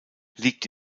liegt